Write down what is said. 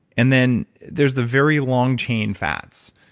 and then, there's the very long chain fats,